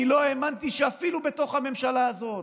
אני לא האמנתי שאפילו בתוך הממשלה הזאת,